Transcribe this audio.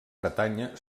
bretanya